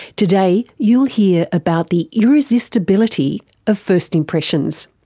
today you'll hear about the irresistibility of first impressions.